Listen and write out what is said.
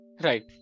Right